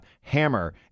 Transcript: hammer